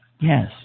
Yes